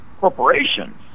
corporations